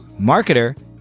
marketer